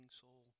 soul